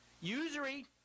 Usury